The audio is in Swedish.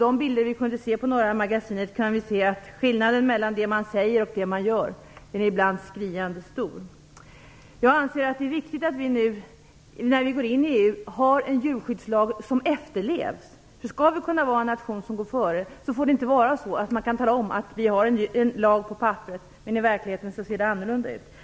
De bilder vi kunde se i Norra magasinet visade att skillnaden mellan det man säger och det man gör ibland är skriande stor. Jag anser att det är viktigt att vi nu, när vi gått in i EU, har en djurskyddslag som efterlevs. Skall vi vara en nation som går före får det inte vara så att vi tvingas säga att vi har en lag på papperet men att det i verkligheten ser annorlunda ut.